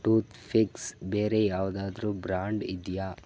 toothpicks ಬೇರೆ ಯಾವುದಾದ್ರೂ brand ಇದೆಯಾ